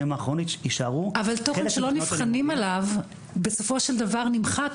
האחרונות יישארו אבל תוכן שלא נבחנים עליו בסופו של דבר נמחק,